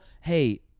hey